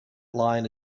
line